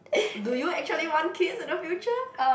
do you actually want kids in the future